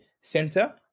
center